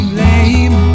lame